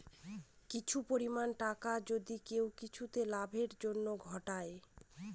কিছু পরিমাণ টাকা যদি কেউ কিছুতে লাভের জন্য ঘটায়